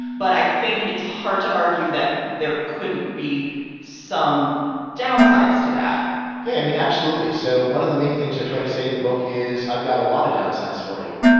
but i think it's hard to argue that there couldn't be some downsides to that yeah, i mean, absolutely. so one of the main things i try to say in the book is i've got a lot of downsides for you.